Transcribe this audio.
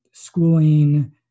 schooling